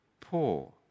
poor